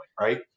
Right